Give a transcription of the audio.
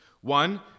One